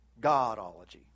Godology